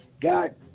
God